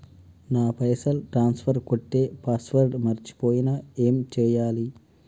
నా పైసల్ ట్రాన్స్ఫర్ కొట్టే పాస్వర్డ్ మర్చిపోయిన ఏం చేయాలి?